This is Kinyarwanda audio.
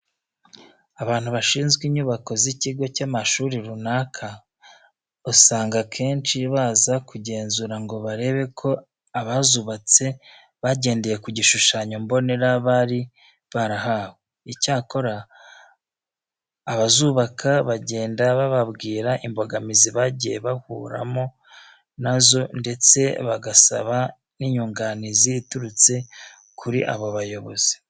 Abantu bashinzwe inyubako z'ikigo cy'amashuri runaka asanga akenshi baza kugenzura ngo barebe ko abazubatse bagendeye ku gishushanyo mbonera bari barahawe. Icyakora abazubaka bagenda bababwira imbogamizi bagiye bahuriramo na zo ndetse bagasaba n'inyunganizi iturutse kuri abo bayobozi.